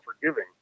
forgiving